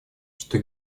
что